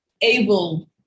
able